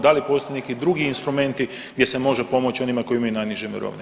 Da li postoje neki drugi instrumenti gdje se može pomoći onima koji imaju najniže mirovine?